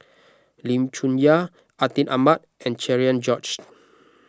Lim Chong Yah Atin Amat and Cherian George